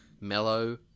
mellow